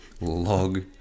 log